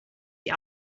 die